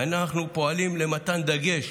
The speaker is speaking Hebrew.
ואנחנו פועלים למתן דגש